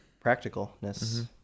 Practicalness